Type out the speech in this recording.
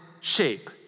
shape